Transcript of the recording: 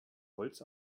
holz